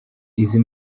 izi